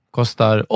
kostar